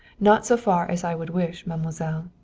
not so far as i would wish, mademoiselle.